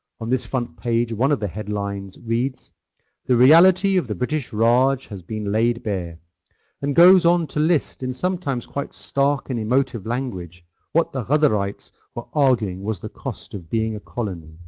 on this front page one of the headlines reads the reality of the british raj has been laid bare and goes on to list in sometimes quite stark and emotive language what the ghadarites were arguing was the cost of being a colony.